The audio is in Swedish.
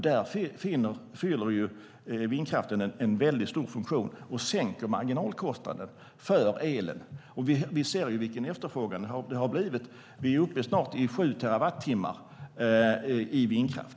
Därför fyller vindkraften en väldigt stor funktion och sänker marginalkostnaden för elen. Vi ser ju vilken efterfrågan det har blivit. Vi är snart uppe i sju terawattimmar i vindkraft.